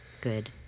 good